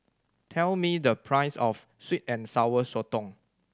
tell me the price of sweet and Sour Sotong